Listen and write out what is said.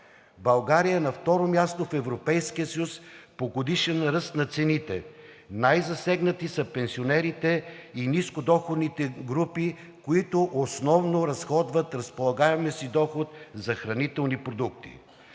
България е на второ място в Европейския съюз по годишен ръст на цените. Най-засегнати са пенсионерите и нискодоходните групи, които основно разходват разполагаемия си доход за хранителни продукти.